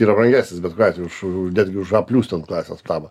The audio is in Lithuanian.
yra brangesnis bet kuriuo atveju už už netgi už a plius ten klasės namą